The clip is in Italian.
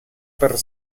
per